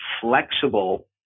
flexible